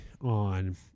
on